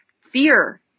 fear